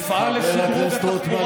דווקא ירושלים,